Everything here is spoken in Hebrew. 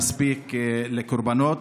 מספיק קורבנות.